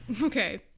Okay